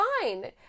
fine